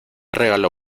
regalo